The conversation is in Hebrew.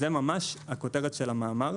זה ממש הכותרת של המאמר,